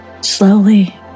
slowly